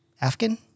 Afghan